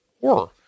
horror